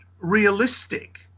realistic